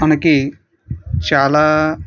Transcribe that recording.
మనకి చాలా